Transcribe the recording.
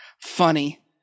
funny